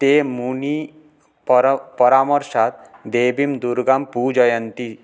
ते मुनिः पर् परामर्शात् देवीं दूर्गाम् पूजयन्ति